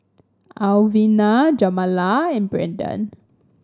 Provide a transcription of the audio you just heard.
Alvina Jamila and Brandon